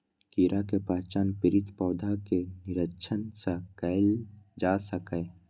कीड़ा के पहचान पीड़ित पौधा के निरीक्षण सं कैल जा सकैए